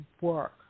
work